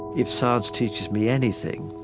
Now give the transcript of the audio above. if science teaches me anything,